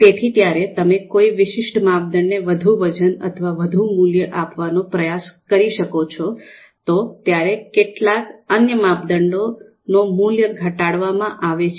તેથી ત્યારે તમે કોઈ વિશિષ્ટ માપદંડને વધુ વજન અથવા વધુ મૂલ્ય આપવાનો પ્રયાસ કરી શકો છો તો ત્યારે કેટલાક અન્ય માપદંડનો મૂલ્ય ઘટાડવામાં આવે છે